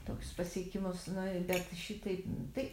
toks pasiekimus nu bet šitaip tai